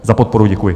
Za podporu děkuji.